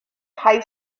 high